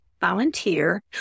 volunteer